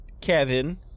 Kevin